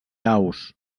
aus